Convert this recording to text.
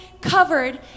covered